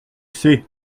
sais